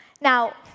Now